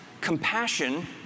compassion